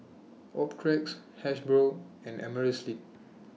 Optrex Hasbro and Amerisleep